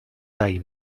dai